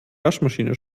waschmaschine